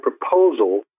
proposal